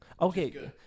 Okay